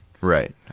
Right